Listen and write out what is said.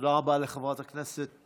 תודה רבה לחברת הכנסת